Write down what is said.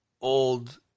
old